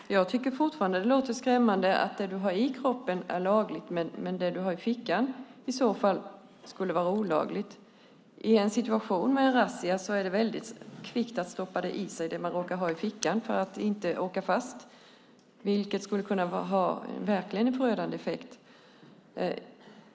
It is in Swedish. Herr talman! Jag tycker fortfarande att det låter skrämmande att det du har i kroppen skulle vara lagligt medan det du har i fickan skulle vara olagligt. I en razziasituation går det väldigt kvickt att stoppa i sig det man råkar ha i fickan för att inte åka fast, vilket verkligen skulle kunna ha en förödande effekt.